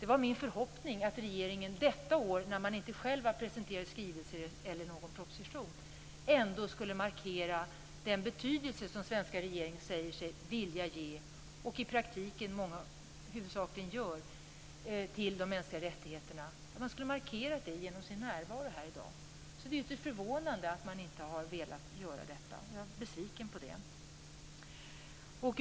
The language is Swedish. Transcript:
Det var min förhoppning att regeringen detta år, när man inte själv har presenterat skrivelser eller någon proposition, ändå skulle markera den betydelse som svenska regeringen säger sig vilja ge, vilket man i praktiken huvudsakligen gör, till de mänskliga rättigheterna. Regeringen skulle ha markerat detta genom sin närvaro här i dag. Det är förvånande att man inte har velat göra detta, och jag är besviken över det.